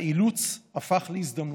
האילוץ הפך להזדמנות.